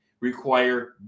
require